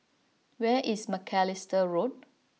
where is Macalister Road